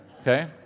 Okay